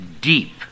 deep